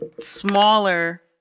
smaller